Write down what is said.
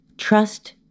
Trust